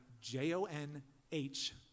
j-o-n-h